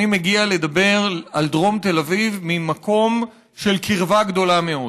אני מגיע לדבר על דרום תל אביב ממקום של קרבה גדולה מאוד.